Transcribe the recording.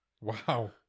Wow